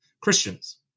Christians